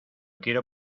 quiero